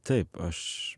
taip aš